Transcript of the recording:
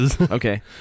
okay